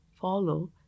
follow